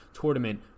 tournament